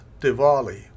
Diwali